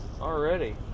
Already